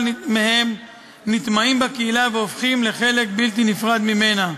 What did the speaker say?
מהם נטמעים בקהילה והופכים לחלק בלתי נפרד ממנה.